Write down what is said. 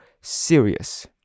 serious